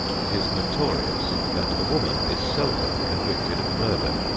it is notorious that a woman is seldom convicted of murder.